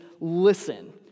listen